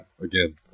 Again